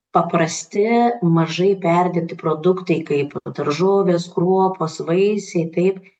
paprasti mažai perdirbti produktai kaip daržovės kruopos vaisiai taip